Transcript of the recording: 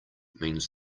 means